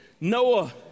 Noah